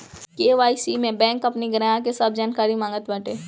KYC में bank अपनी ग्राहक के सब जानकारी मांगत बाटे